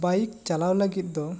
bike ᱪᱟᱞᱟᱣ ᱞᱟᱹᱜᱤᱫ ᱫᱚ